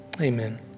Amen